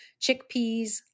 chickpeas